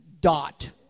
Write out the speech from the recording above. dot